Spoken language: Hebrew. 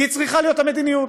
היא צריכה להיות המדיניות.